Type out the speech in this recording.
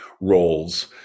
roles